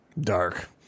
dark